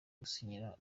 gusinyira